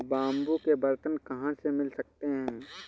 Bamboo के बर्तन कहाँ से मिल सकते हैं?